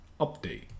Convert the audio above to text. Update